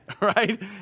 Right